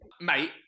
mate